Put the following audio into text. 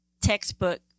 textbook